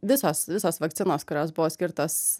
visos visos vakcinos kurios buvo skirtos